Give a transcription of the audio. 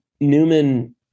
Newman